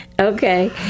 Okay